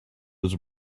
was